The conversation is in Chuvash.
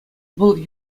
вӑл